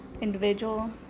individual